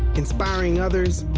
inspiring others,